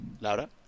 Laura